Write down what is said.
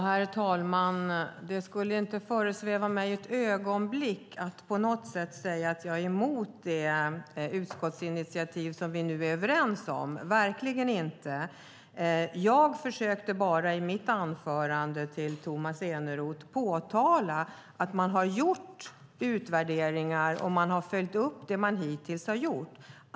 Herr talman! Det skulle inte föresväva mig ett ögonblick att säga att jag på något sätt är emot det utskottsinitiativ som vi nu är överens om, verkligen inte. I mitt anförande påtalade jag bara att man har gjort utvärderingar och följt upp det man hittills har gjort.